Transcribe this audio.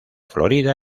florida